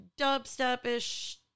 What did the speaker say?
dubstep-ish